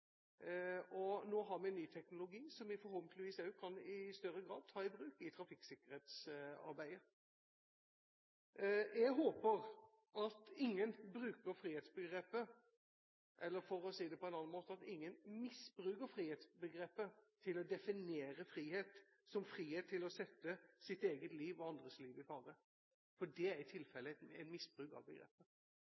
Nå har vi ny teknologi, som vi forhåpentligvis i større grad kan ta i bruk i trafikksikkerhetsarbeidet. Jeg håper at ingen bruker frihetsbegrepet – eller misbruker frihetsbegrepet, for å si det på en annen måte – til å definere frihet som frihet til å sette sitt eget og andres liv i fare, for det er i tilfelle en misbruk av begrepet.